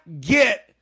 get